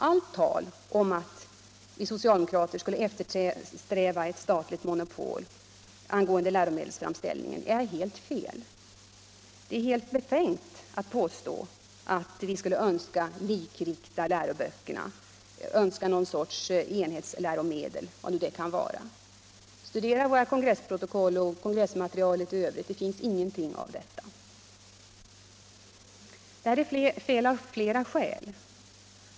Allt tal om att vi socialdemokrater skulle eftersträva ett statligt monopol inom läromedelsframställningen är helt fel. Det är alldeles befängt att påstå att vi skulle önska likrikta läroböckerna och skapa någon sorts enhetsläromedel, vad nu det kan vara. Studera våra kongressprotokoll och kongressmaterialet i övrigt — det finns ingenting där om detta. Det är fel av flera skäl.